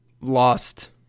lost